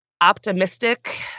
optimistic